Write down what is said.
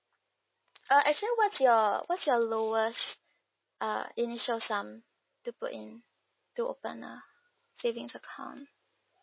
uh actually what's your what's your lowest uh initial sum to put in to open a savings account